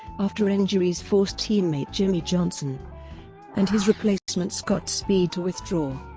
after injuries forced teammate jimmie johnson and his replacement scott speed to withdraw.